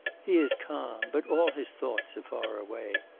he is calm, but all his thoughts are far away.